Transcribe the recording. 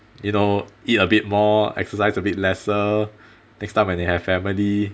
you know eat a bit more exercise a bit lesser next time when you have family